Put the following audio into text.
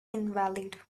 invalid